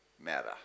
matter